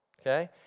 Okay